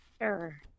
Sure